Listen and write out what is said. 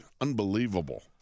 unbelievable